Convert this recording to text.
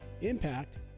Impact